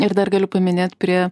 ir dar galiu paminėt prie